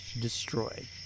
destroyed